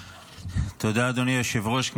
תודה, אדוני היושב-ראש.